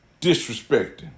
disrespecting